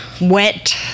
wet